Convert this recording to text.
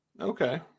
Okay